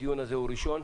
הדיון הזה הוא ראשון.